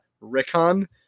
Rickon